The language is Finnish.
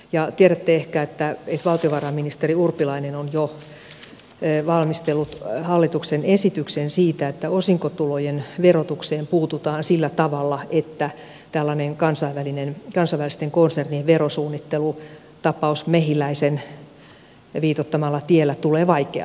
tiedätte ehkä että valtiovarainministeri urpilainen on jo valmistellut hallituksen esityksen siitä että osinkotulojen verotukseen puututaan sillä tavalla että tällainen kansainvälisten konsernien verosuunnittelu tapaus mehiläisen viitoittamalla tiellä tulee vaikeammaksi